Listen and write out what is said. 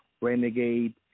Renegade